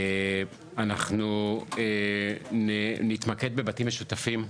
אנחנו נתמקד בבתים משותפים.